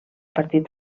partit